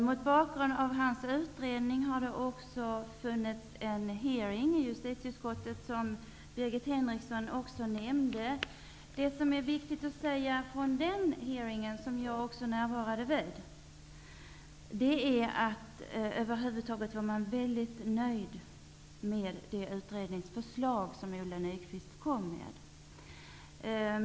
Mot bakgrund av hans utredning har det också genomförts en hearing i justitieutskottet, vilket Även jag var närvarande vid den hearingen. Det är viktigt att säga att man där var mycket nöjd med det utredningsförslag om Ola Nyquist lade fram.